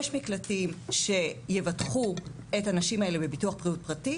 יש מקלטים שיבטחו את הנשים האלה בביטוח בריאות פרטי.